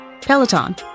Peloton